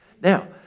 Now